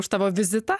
už tavo vizitą